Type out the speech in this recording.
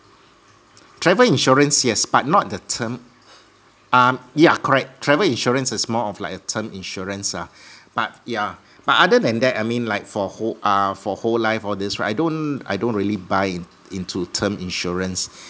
travel insurance yes but not the term um yeah correct travel insurance is more of like a term insurance ah but yeah but other than that I mean like for whole uh for whole life all these right I don't I don't really buy in into term insurance